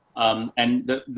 um, and the,